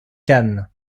cannes